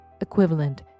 equivalent